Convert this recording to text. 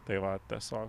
tai va tiesiog